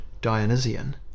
Dionysian